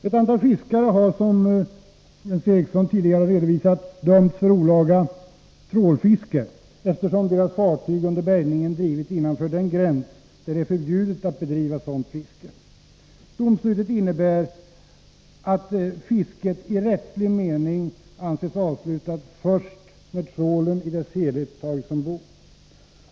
Ett antal fiskare har, som Jens Eriksson nyss redovisade, dömts för olaga trålfiske, eftersom deras fartyg under bärgningen av fångsten drivit innanför den gräns där det är förbjudet att bedriva sådant fiske. Domslutet innebär att fisket i rättslig mening anses avslutat först när trålen i dess helhet tagits ombord.